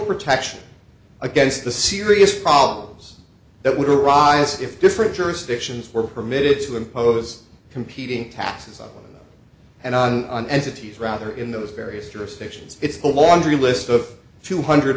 protection against the serious problems that would arise if different jurisdictions were permitted to impose competing taxes on and on and cities rather in those various jurisdictions it's a laundry list of two hundred